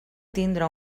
tindre